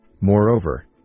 Moreover